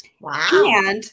Wow